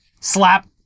Slap